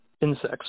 insects